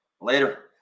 Later